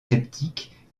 sceptique